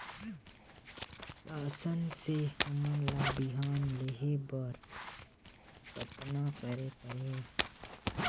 शासन से हमन ला बिहान लेहे बर कतना करे परही?